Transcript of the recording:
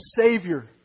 Savior